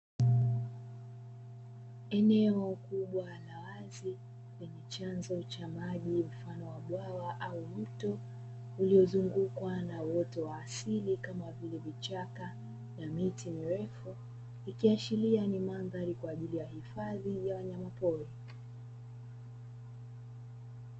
Eneo kubwa la wazi lenye chanzo cha maji uliozungukwa na wote wa asili kama vile vichaka na miti mirefu, ikiashiria nimeanza kwa ajili ya hifadhi ya wanyamapori.